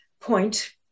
point